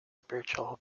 spiritual